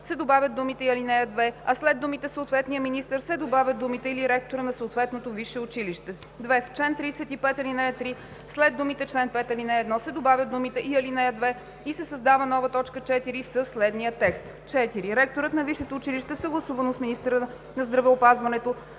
се добавят думите „и ал. 2“, а след думите „съответния министър“ се добавят думите „или ректора на съответното висше училище“. 2. В чл. 35, ал. 3 след думите „чл. 5, ал. 1“ се добавят думите „и ал. 2“ и се създава нова т. 4 със следния текст: „4. ректорът на висшето училище съгласувано с министъра на здравеопазването